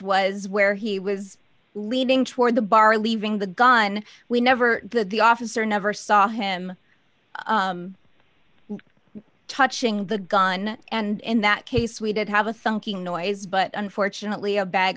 was where he was leading toward the bar leaving the gun we never the officer never saw him touching the gun and in that case we did have a sulking noise but unfortunately a bag